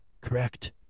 correct